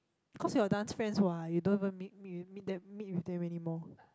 cause your dance friends what we don't even meet meet them meet with them anymore